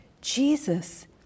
Jesus